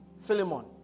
philemon